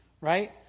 right